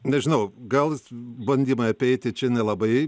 nežinau gal bandymai apeiti čia nelabai